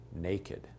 naked